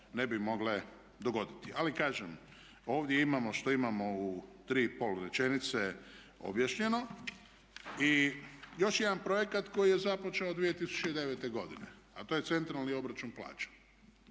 ne bi mogle dogoditi. Ali kažem ovdje imamo što imao u tri i pol rečenice objašnjeno. I još jedna projekat koji je započeo 2009.godine a to je centralni obračun plaća.